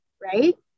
right